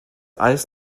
eis